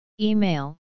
Email